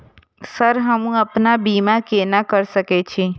Sir हमू अपना बीमा केना कर सके छी?